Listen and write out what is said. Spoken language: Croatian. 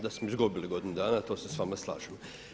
Da smo izgubili godinu dana to se s vama slažem.